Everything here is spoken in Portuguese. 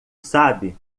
sabe